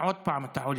עוד פעם אתה עולה,